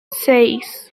seis